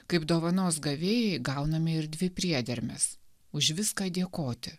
kaip dovanos gavėjui gauname ir dvi priedermes už viską dėkoti